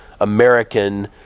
American